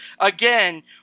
again